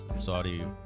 Saudi